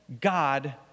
God